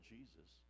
Jesus